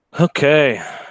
Okay